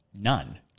none